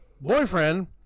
boyfriend